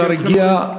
השר הגיע.